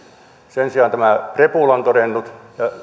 sen sijaan prepula on todennut että